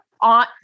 on